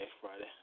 Friday